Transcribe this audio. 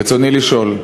רצוני לשאול: